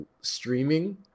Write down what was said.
streaming